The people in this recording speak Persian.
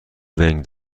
ونگ